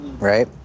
right